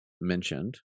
mentioned